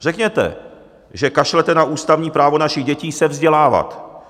Řekněte, že kašlete na ústavní právo našich dětí se vzdělávat.